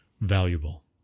valuable